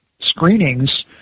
screenings